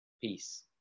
Peace